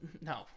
no